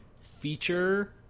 feature